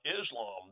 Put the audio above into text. Islam